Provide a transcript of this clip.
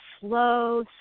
slow